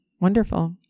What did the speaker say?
wonderful